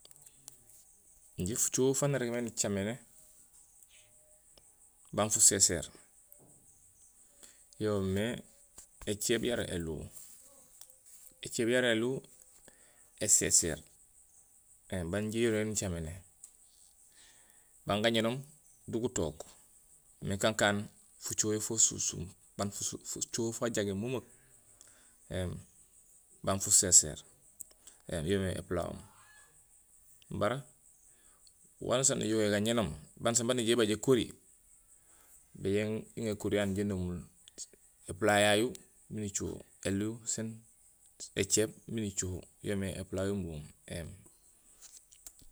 Injé fucoho faan irégmé nicaméné baan fu séséér yoomé écééb yara éluuw. Écééb yara éluuw éséséér éém baan injé yo nirégé nicaméné, baan gañénoom di gutook, kankaan fucoho fa sunsuum baan fucoho fajagé memeek éém baan fuséséér éém yoomé éplahoom. Baré wanusaan nijogé gañénoom, banusaam baan ijahé ibaaj ékori, bejoow iñaar ékori yayu nijoow inomuul épla yayu miin icoho éluuw sén écééb miin icoho yoomé épla yumboom éém